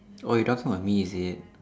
oh you of me is it